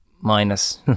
Minus